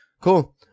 Cool